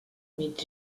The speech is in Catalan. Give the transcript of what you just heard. mig